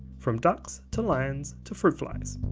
from ducks to lions, to fruit flies,